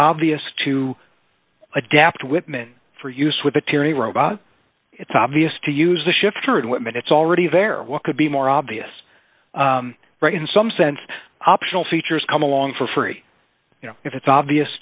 obvious to adapt whitman for use with the tyranny robot it's obvious to use the shifter and women it's already there what could be more obvious right in some sense optional features come along for free you know if it's obvious